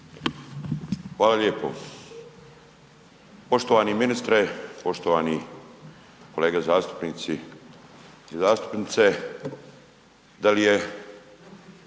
Hvala lijepo. Poštovani ministre, poštovani kolege zastupnici i zastupnice. Da li je